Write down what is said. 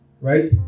right